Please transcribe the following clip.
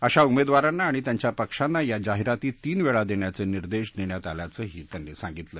अशा उमेदवारांना आणि त्यांच्या पक्षांना या जाहिराती तीन वेळा देण्याचे निर्देश देण्यात आल्याचंही त्यांनी सांगितलं